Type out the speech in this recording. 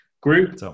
group